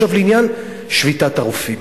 ועכשיו לעניין שביתת הרופאים.